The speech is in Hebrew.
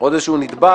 עוד איזשהו נדבך,